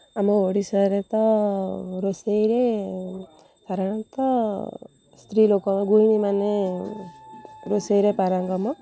ଆମ ଓଡ଼ିଶାରେ ତ ରୋଷେଇରେ ସାଧାରଣତଃ ସ୍ତ୍ରୀଲୋକ ଗୁହିଣୀମାନେ ରୋଷେଇରେ ପାରଙ୍ଗମ